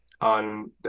on